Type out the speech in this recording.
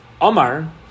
Omar